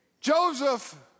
Joseph